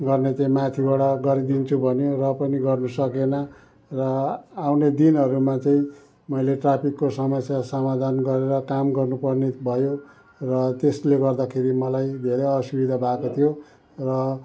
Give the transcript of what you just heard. गर्ने त्यो माथिबाट गरिदिन्छु भन्यो र पनि गर्नु सकेन र आउने दिनहरूमा चाहिँ मैले ट्राफिकको समस्या समाधान गरेर काम गर्नु पर्ने भयो र त्यसले गर्दाखेरि मलाई धेरै असुविधा भएको थियो र